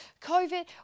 COVID